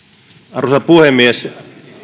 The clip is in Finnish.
arvoisa puhemies